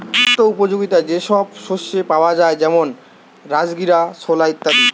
স্বাস্থ্য উপযোগিতা যে সব শস্যে পাওয়া যায় যেমন রাজগীরা, ছোলা ইত্যাদি